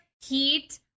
heat